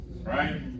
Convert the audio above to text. right